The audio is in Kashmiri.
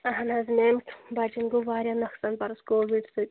اہن حظ میم بَچن گوٚو واریاہ نۄقصان پَرُس کوٚوِڈ سۭتۍ